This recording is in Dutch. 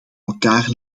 elkaar